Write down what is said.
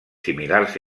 similars